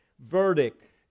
verdict